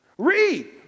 Read